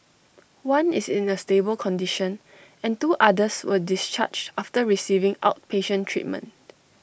one is in A stable condition and two others were discharged after receiving outpatient treatment